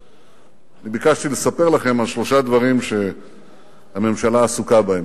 אני ביקשתי לספר לכם על שלושה דברים שהממשלה עסוקה בהם.